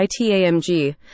ITAMG